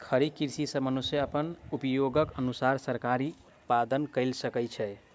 खड़ी कृषि सॅ मनुष्य अपन उपयोगक अनुसार तरकारी उत्पादन कय सकै छै